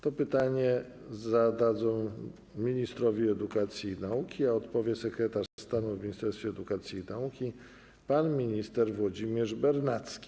To pytanie posłowie zadadzą ministrowi edukacji i nauki, a odpowie sekretarz stanu w Ministerstwie Edukacji i Nauki pan minister Włodzimierz Bernacki.